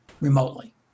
remotely